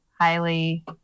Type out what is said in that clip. highly